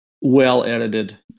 well-edited